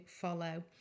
follow